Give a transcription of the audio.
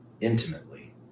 intimately